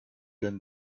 denn